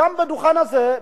גם בדוכן הזה,